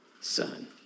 son